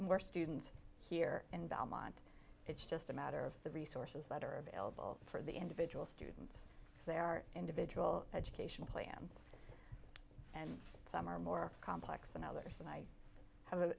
more students here in belmont it's just a matter of the resources that are available for the individual students because there are individual education plan and some are more complex than others and i have a